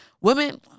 Women